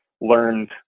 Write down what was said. learned